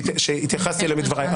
שהתייחסתי אליהם בדבריי,